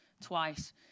twice